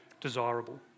desirable